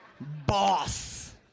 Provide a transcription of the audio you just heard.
Boss